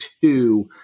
two